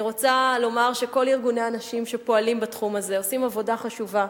אני רוצה לומר שכל ארגוני הנשים שפועלים בתחום הזה עושים עבודה חשובה,